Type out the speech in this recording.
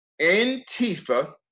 Antifa